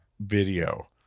video